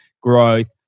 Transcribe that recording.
growth